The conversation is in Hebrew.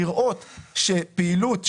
לראות שפעילות,